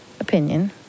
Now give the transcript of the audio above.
opinion